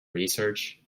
research